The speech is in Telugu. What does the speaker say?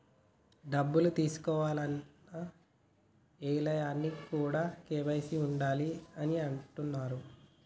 డబ్బులు తీసుకోవాలన్న, ఏయాలన్న కూడా కేవైసీ ఉండాలి అని అంటుంటరు